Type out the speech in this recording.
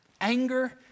Anger